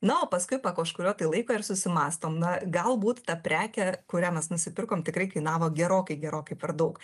na o paskui po kažkurio tai laiko ir susimąstom na galbūt ta prekė kurią mes nusipirkom tikrai kainavo gerokai gerokai per daug